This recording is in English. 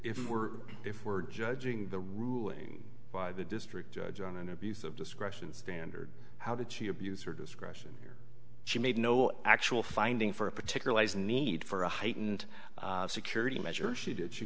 if we're if we're judging the ruling by the district judge on an abuse of discretion standard how did she abuse her discretion here she made no actual finding for a particular life need for a heightened security measure she did she